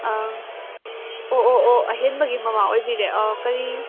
ꯑꯪ ꯑꯣ ꯑꯣ ꯑꯣ ꯑꯍꯦꯟꯕꯒꯤ ꯃꯃꯥ ꯑꯣꯏꯕꯤꯔꯦ ꯑꯣ ꯀꯔꯤ